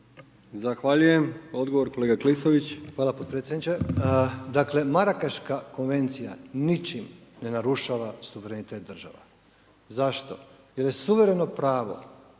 Zahvaljujem. Odgovor kolega Klisović. **Klisović, Joško (SDP)** Hvala potpredsjedniče. Dakle, Marakaška konvencija ničim ne narušava suverenitet država. Zašto? Jer je suvereno pravo,